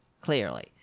clearly